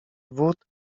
wód